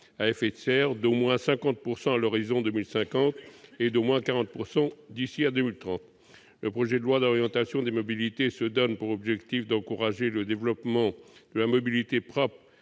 à effet de serre d'au moins 40 % d'ici à 2030 et d'au moins 50 % à l'horizon 2050. Le projet de loi d'orientation des mobilités se donne pour objectif d'encourager le développement de la mobilité propre,